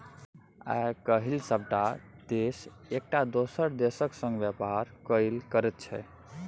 आय काल्हि सभटा देश एकटा दोसर देशक संग व्यापार कएल करैत छै